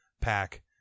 pack